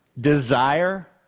desire